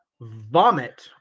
Vomit